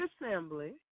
assembly